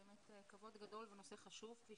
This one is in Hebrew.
באמת כבוד גדול ונושא חשוב, כפי